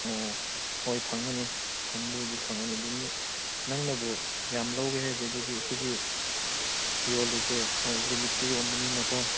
ꯑꯣ ꯍꯣꯏ ꯐꯪꯒꯅꯤ ꯐꯪꯕꯕꯨꯗꯤ ꯐꯪꯒꯅꯤ ꯑꯗꯨ ꯃꯤ ꯅꯪꯅꯕꯨ ꯌꯥꯝ ꯂꯧꯒꯦ ꯍꯥꯏꯔꯗꯤ ꯑꯗꯨꯗꯤ ꯑꯩꯈꯣꯏꯗꯤ ꯌꯣꯜꯂꯤꯁꯦ ꯍꯣꯏ ꯂꯤꯃꯤꯠꯇ ꯌꯣꯟꯕꯅꯤꯅꯀꯣ